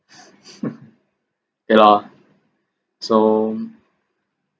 okay lah so